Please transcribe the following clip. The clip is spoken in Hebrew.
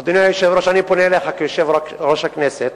אדוני היושב-ראש, אני פונה אליך כיושב-ראש הכנסת,